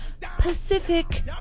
Pacific